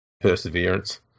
perseverance